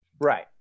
right